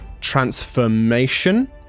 transformation